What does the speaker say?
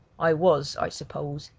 i was, i suppose,